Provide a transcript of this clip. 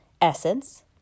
Essence